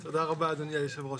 תודה רבה אדוני היושב-ראש.